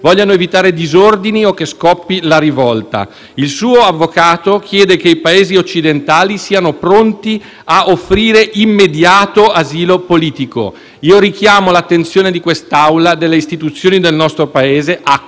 vogliano evitare disordini o che scoppi la rivolta. Il suo avvocato chiede che i Paesi occidentali siano pronti a offrire immediato asilo politico. Io richiamo l'attenzione di quest'Assemblea e delle istituzioni del nostro Paese a